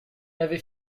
l’avez